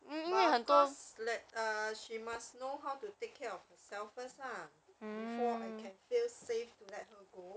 but of course let uh she must know how to take care of self first lah before I can feel safe to let her go